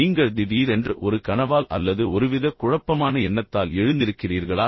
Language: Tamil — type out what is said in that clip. நீங்கள் திடீரென்று ஒரு கனவால் அல்லது ஒருவித குழப்பமான எண்ணத்தால் எழுந்திருக்கிறீர்களா